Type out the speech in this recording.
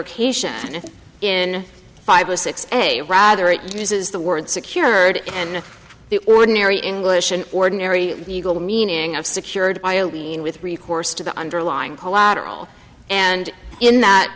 rcation in five or six and a rather it uses the word secured and the ordinary english an ordinary legal meaning of secured by a lien with recourse to the underlying collateral and in that